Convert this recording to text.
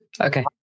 Okay